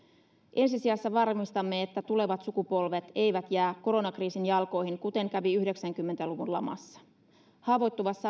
ensi sijassa varmistamme että tulevat sukupolvet eivät jää koronakriisin jalkoihin kuten kävi yhdeksänkymmentä luvun lamassa haavoittuvassa